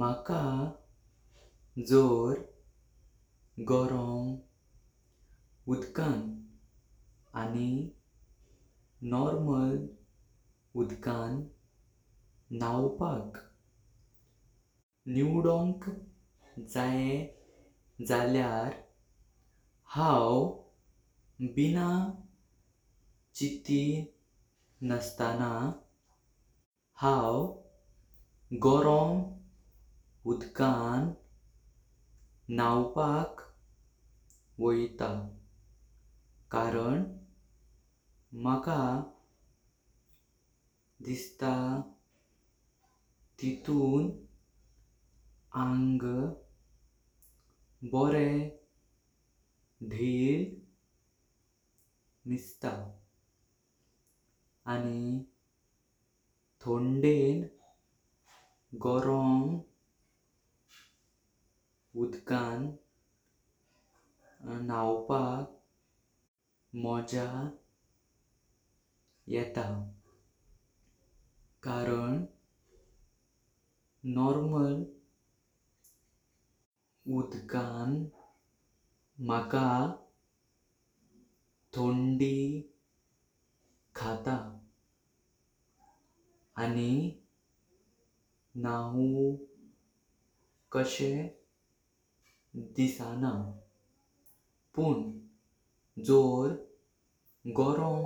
माका जोर गोरम उदकां आनी नॉर्मल उदकां नावपाक निवडोंक जाये जाल्यार हांव बिना चिट्टी नस्ताना। हांव गोरम उदकां नावपाक वोईता कारण माका दिसता तितूं आंग बोरें धिल मिसता। आनी थोंदें गोरम उदकां नावपाक मोज्या येता कारण नॉर्मल उदकां माका थोंडी खातां। आनी न्हू कासे दिसानां पुं जोर गोरम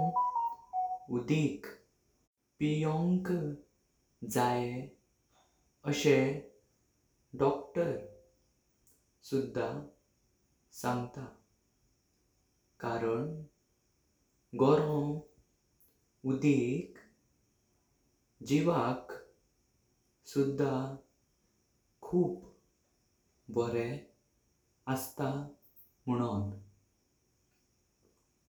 उदिक तापों दीता जाल्यार माका डेली नावपाक कासे दिसता। आनी तोर गोरम उदिक पियोंक जाये आशे डोक्टर सुद्धां सांगता कारण गोरम उदिक जीवाक सुद्धां खूप बोरें असता।